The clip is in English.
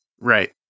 right